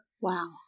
Wow